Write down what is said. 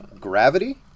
Gravity